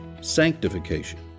sanctification